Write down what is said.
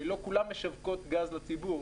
לא כולן משווקות גז לציבור.